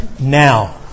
now